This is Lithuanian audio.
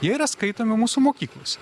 jie yra skaitomi mūsų mokyklose